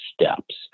steps